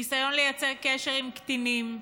ניסיון לייצר קשר עם קטינים,